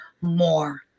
more